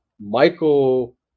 Michael